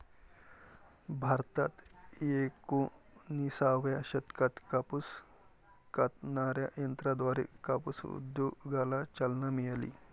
भारतात एकोणिसाव्या शतकात कापूस कातणाऱ्या यंत्राद्वारे कापूस उद्योगाला चालना मिळाली